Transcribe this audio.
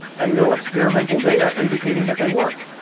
and no experimental data indicating that they work.